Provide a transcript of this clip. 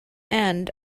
end